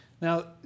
Now